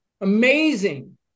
Amazing